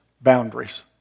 boundaries